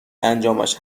انجامش